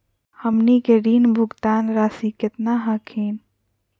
हमनी के ऋण भुगतान रासी केतना हखिन?